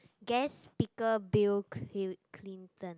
guest speaker Bill cli~ Clinton